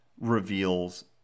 reveals